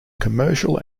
commercial